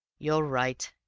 you're right,